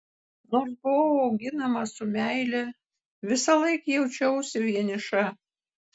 nors buvau auginama su meile visąlaik jaučiausi vieniša